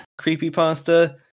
creepypasta